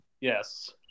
yes